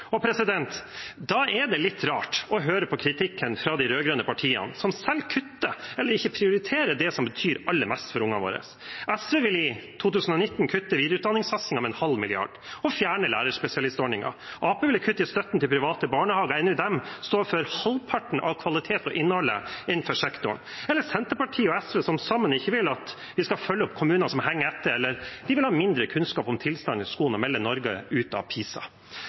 Da er det litt rart å høre på kritikken fra de rød-grønne partiene, som selv kutter eller ikke prioriterer det som betyr aller mest for ungene våre. SV vil i 2019 kutte videreutdanningssatsingen med en halv milliard kroner og fjerne lærerspesialistordningen. Arbeiderpartiet vil kutte i støtten til private barnehager, enda de står for halvparten av kvaliteten og innholdet innenfor sektoren. Og Senterpartiet og SV vil ikke at vi skal følge opp kommuner som henger etter, og vil ha mindre kunnskap om tilstanden i skolen og melde Norge ut av Pisa.